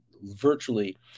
virtually